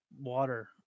water